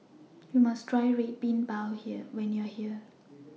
YOU must Try Red Bean Bao when YOU Are here